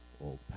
old